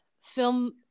film